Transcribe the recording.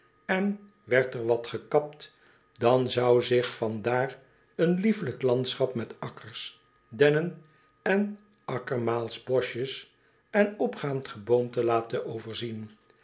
en werd er wat gekapt dan zou zich van daar een liefelijk landschap met akkers dennen en akkermaalsboschjes en opgaand geboomte laten overzien